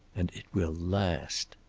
and it will last.